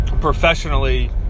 Professionally